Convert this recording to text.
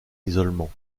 isolement